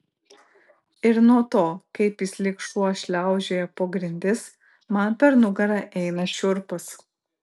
ir nuo to kaip jis lyg šuo šliaužioja po grindis man per nugarą eina šiurpas